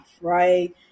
right